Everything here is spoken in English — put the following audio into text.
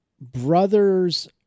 brothers